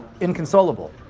inconsolable